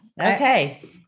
Okay